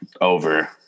over